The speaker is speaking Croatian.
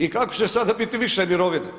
I kako će sada biti više mirovine?